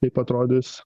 kaip atrodys